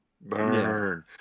burn